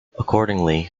accordingly